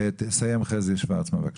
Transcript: תסיים חזי שוורצמן, בבקשה.